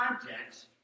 context